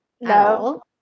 no